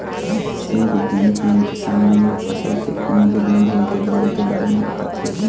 कृषि बिग्यानिक मन किसान मन ल फसल के कोनो भी बिमारी के दवई के बारे म बताथे